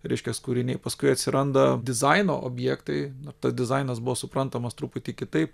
reiškias kūriniai paskui atsiranda dizaino objektai tas dizainas buvo suprantamas truputį kitaip